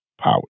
power